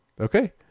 Okay